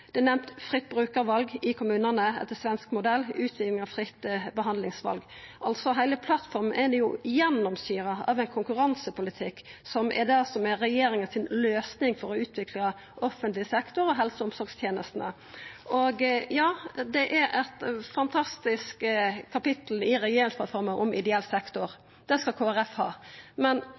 fritt brukarval i kommunane, etter svensk modell, og utviding av fritt behandlingsval. Heile plattforma er altså gjennomsyra av konkurransepolitikk, som er regjeringas løysing for å utvikla offentleg sektor og helse- og omsorgstenestene. Ja, det er eit fantastisk kapittel i regjeringsplattforma om ideell sektor – det skal Kristeleg Folkeparti ha – men